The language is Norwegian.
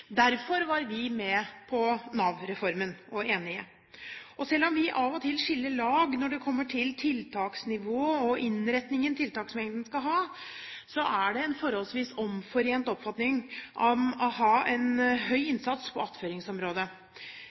Derfor var vi med på og enig i Nav-reformen. Selv om vi av og til skiller lag når det kommer til tiltaksnivået og innretningen tiltaksmengden skal ha, er det en forholdsvis omforent oppfatning om å ha en høy innsats på attføringsområdet.